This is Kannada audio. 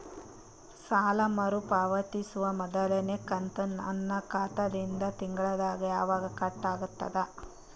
ಸಾಲಾ ಮರು ಪಾವತಿಸುವ ಮೊದಲನೇ ಕಂತ ನನ್ನ ಖಾತಾ ದಿಂದ ತಿಂಗಳದಾಗ ಯವಾಗ ಕಟ್ ಆಗತದ?